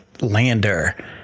Lander